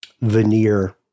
veneer